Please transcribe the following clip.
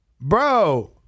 Bro